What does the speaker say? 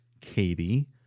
Katie